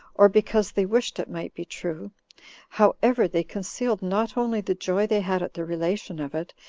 or because they wished it might be true however, they concealed not only the joy they had at the relation of it,